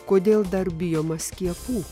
kodėl dar bijoma skiepų